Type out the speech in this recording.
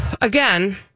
Again